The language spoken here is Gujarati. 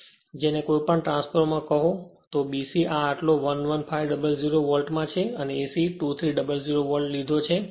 જો તેને કોઈપણ ટ્રાન્સફોર્મર કહો તો BC આ આટલો 11500 વોલ્ટમાં છે અને AC 2300 વોલ્ટ લીધો છે